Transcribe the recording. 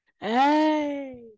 Hey